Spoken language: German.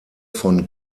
von